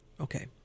Okay